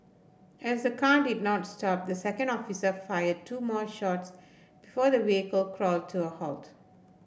as the car did not stop the second officer fired two more shots before the vehicle crawled to a halt